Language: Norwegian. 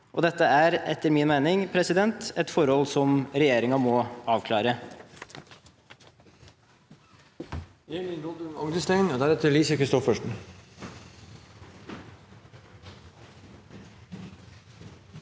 mening et forhold som regjeringen må avklare.